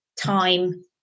time